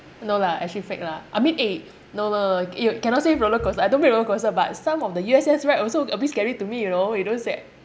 no lah actually fake lah I mean eh no no no you cannot say roller coaster I don't play roller coaster but some of the U_S_S ride also a bit scary to me you know those that